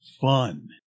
fun